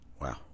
Wow